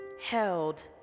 held